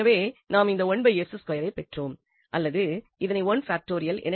எனவே நாம் இந்த பெற்றோம் அல்லது இதனை 1